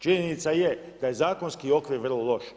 Činjenica je da je zakonski okvir vrlo loš.